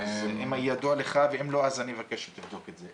אם ידוע לך, ואם לא, אז אני מבקש שתבדוק את זה.